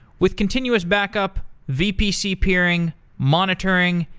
with continuous back-up, vpc peering, monitoring,